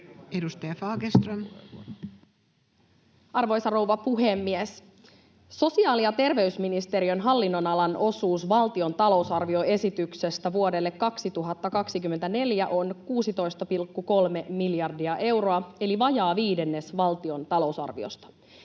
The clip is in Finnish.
Content: Arvoisa rouva puhemies! Sosiaali- ja terveysministeriön hallinnonalan osuus valtion talousarvioesityksestä vuodelle 2024 on 16,3 miljardia euroa eli vajaa viidennes valtion talousarviosta.